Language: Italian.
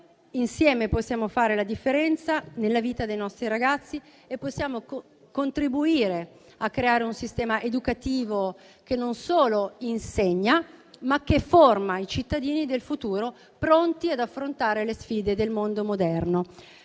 insieme possiamo fare la differenza nella vita dei nostri ragazzi e contribuire a creare un sistema educativo che non solo insegna, ma forma i cittadini del futuro, pronti ad affrontare le sfide del mondo moderno.